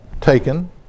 taken